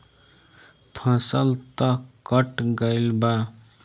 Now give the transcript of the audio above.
फसल तऽ कट गइल बा